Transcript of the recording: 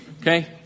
Okay